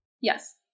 Yes